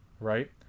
right